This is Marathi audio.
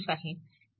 तो 2V आहे